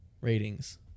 ratings